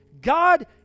God